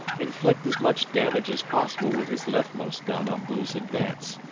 inflict as much damage as possible with his leftmost gun on blue's advance,